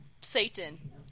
Satan